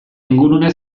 ingurune